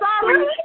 Sorry